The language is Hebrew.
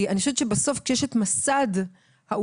אני חושבת שבסוף כשיש את מסד העובדות,